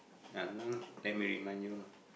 I'm now tempt to remind you you know